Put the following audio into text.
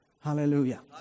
Hallelujah